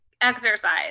exercise